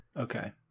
Okay